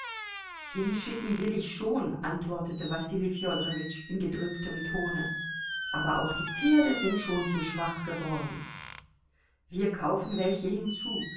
hinschicken will ich schon antwortete wasili fedorowitsch in gedrücktem tone aber auch die pferde sind schon zu schwach geworden wir kaufen welche hinzu